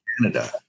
Canada